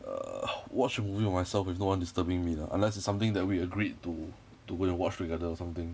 err watch a movie by myself with no one disturbing me lah unless it's something that we agreed toto go and watch together or something